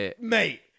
mate